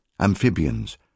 amphibians